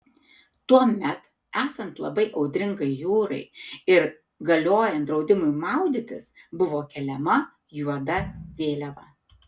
tuomet esant labai audringai jūrai ir galiojant draudimui maudytis buvo keliama juoda vėliava